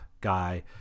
guy